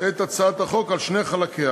את הצעת החוק על שני חלקיה.